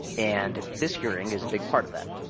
and this hearing is a big part of that.